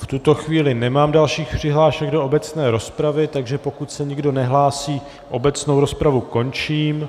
V tuto chvíli nemám dalších přihlášek do obecné rozpravy, takže pokud se nikdo nehlásí, obecnou rozpravu končím.